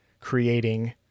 creating